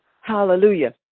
Hallelujah